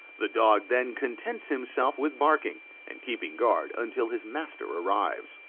the dog then contents himself with barking and keeping guard until his master arrives.